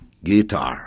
Guitar